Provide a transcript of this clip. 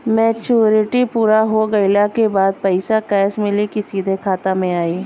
Maturity पूरा हो गइला के बाद पईसा कैश मिली की सीधे खाता में आई?